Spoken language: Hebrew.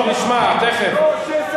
מה עשית?